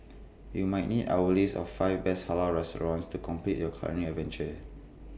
you might need our list of five best Halal restaurants to complete your culinary adventure